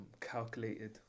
calculated